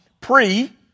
pre